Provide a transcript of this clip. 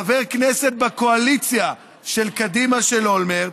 חבר הכנסת בקואליציה של קדימה של אולמרט,